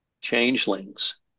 changelings